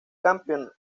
campamento